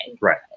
right